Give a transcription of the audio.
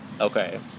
Okay